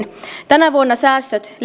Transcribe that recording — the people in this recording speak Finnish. tänä vuonna säästöt